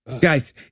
Guys